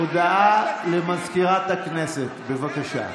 הודעה למזכירת הכנסת, בבקשה.